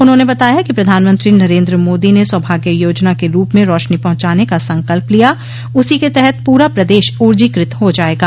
उन्होंने बताया कि प्रधानमंत्री नरेन्द्र मोदो ने सौभाग्य योजना के रूप में रोशनी पहुंचाने का संकल्प लिया उसी के तहत पूरा प्रदेश ऊर्जीकृत हो जायेगा